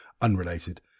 unrelated